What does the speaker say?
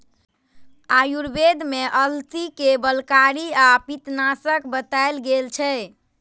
आयुर्वेद मे अलसी कें बलकारी आ पित्तनाशक बताएल गेल छै